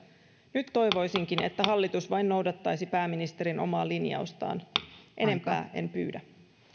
nyt toivoisinkin että hallitus vain noudattaisi pääministerin omaa linjausta enempää en pyydä